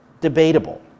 debatable